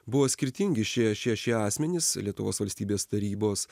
buvo skirtingi šie šie šie asmenys lietuvos valstybės tarybos